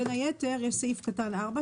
בין היתר יש את פסקה (4),